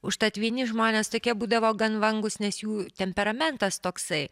užtat vieni žmonės tokie būdavo gan vangūs nes jų temperamentas toksai